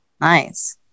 Nice